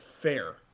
fair